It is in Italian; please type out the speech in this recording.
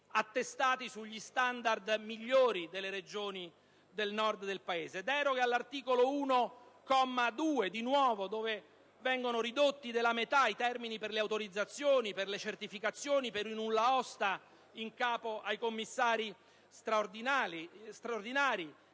attestati sugli standard migliori delle Regioni del Nord del Paese. Vi è poi un'altra deroga, sempre all'articolo 1, comma 2, dove vengono ridotti della metà i termini per le autorizzazioni, per le certificazioni, per i nulla osta in capo ai commissari straordinari,